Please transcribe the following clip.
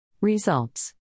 Results